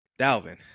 Dalvin